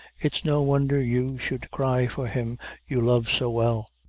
it's no wonder you, should cry for him you love so well.